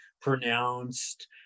pronounced